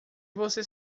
você